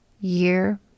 year